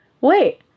wait